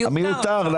מיותר.